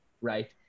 right